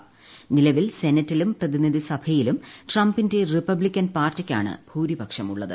റ്റ് നില്പിൽ സെനറ്റിലും പ്രതിനിധിസഭയിലും ട്രംപിന്റെ റീപ്പബ്ലിക്കൻ പാർട്ടിക്കാണ് ഭൂരിപക്ഷമുള്ളത്